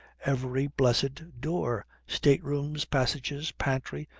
every blessed door state-rooms, passages, pantry,